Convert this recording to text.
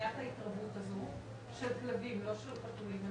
למניעת ההתרבות הזו, של כלבים, לא של חתולים.